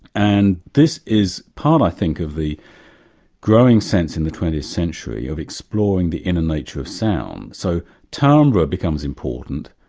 and this is part i think of the growing sense in the twentieth century of exploring the inner nature of sounds. so timbre becomes important,